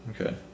Okay